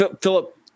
Philip